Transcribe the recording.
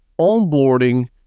Onboarding